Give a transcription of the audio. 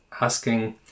asking